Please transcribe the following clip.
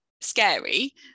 scary